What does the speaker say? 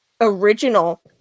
original